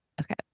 Okay